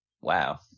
wow